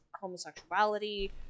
homosexuality